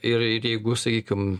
ir ir jeigu sakykim